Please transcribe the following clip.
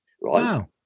Wow